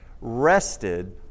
rested